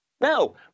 No